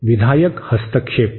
तर विधायक हस्तक्षेप